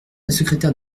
secrétaire